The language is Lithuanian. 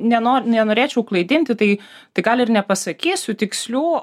nenor nenorėčiau klaidinti tai tai gal ir nepasakysiu tikslių